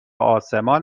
آسمان